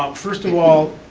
um first of all,